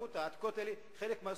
העתיקות האלה הן חלק מהתרבות,